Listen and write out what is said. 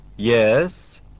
Yes